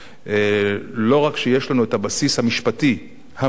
לא רק שיש לנו הבסיס המשפטי המוצק,